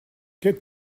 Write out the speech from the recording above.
get